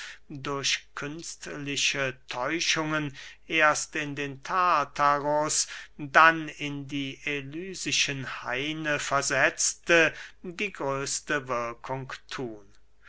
durch künstliche täuschungen erst in den tartarus dann in die elysischen haine versetzte die größte wirkung thun